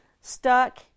stuck